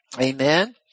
Amen